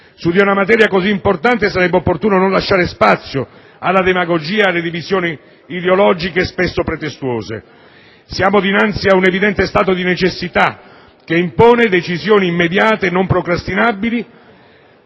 Su una materia così importante sarebbe opportuno non lasciare spazio alla demagogia e alle divisioni ideologiche, spesso pretestuose. Siamo dinanzi ad un evidente stato di necessità, che impone decisioni immediate, non procrastinabili